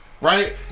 Right